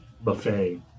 buffet